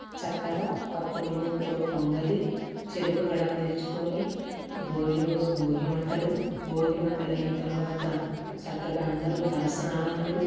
చక్కగా కొత్త బియ్యంతో పొంగలి చెరుకుగడ్డలు తెచ్చుకోని భోగి రోజు భోగి మంటలు భోగి మంటలు అయిన తర్వాత చక్కగా అందరూ తలస్నానాలు